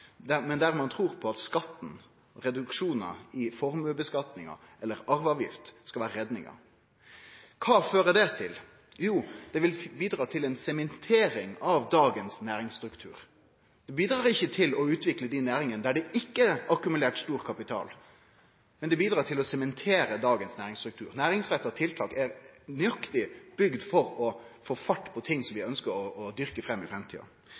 men på reduksjonar i formuesskatten eller arveavgifta skal vere redninga. Kva fører det til? Jo, det vil bidra til ei sementering av dagens næringsstruktur. Det bidrar ikkje til å utvikle dei næringane der det ikkje er akkumulert stor kapital, men det bidrar til å sementere dagens næringsstruktur. Næringsretta tiltak er nøyaktig bygd for å få fart på ting som vi ønskjer å dyrke fram i framtida.